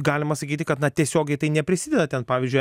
galima sakyti kad na tiesiogiai tai neprisideda ten pavyzdžiui